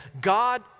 God